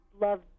love